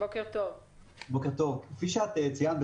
כפי שציינת,